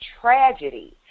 tragedy